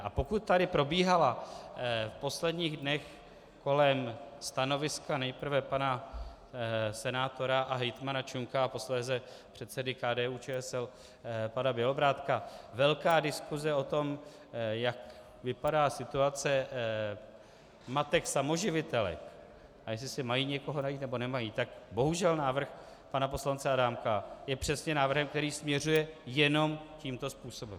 A pokud tady probíhala v posledních dnech kolem stanoviska nejprve pana senátora a hejtmana Čunka a posléze předsedy KDUČSL pana Bělobrádka velká diskuse o tom, jak vypadá situace matek samoživitelek a jestli si mají někoho najít, nebo nemají, tak bohužel návrh pana poslance Adámka je přesně návrhem, který směřuje jenom tímto způsobem.